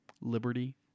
liberty